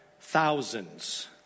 thousands